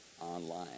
online